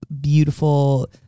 beautiful